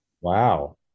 wow